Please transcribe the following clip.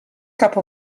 cap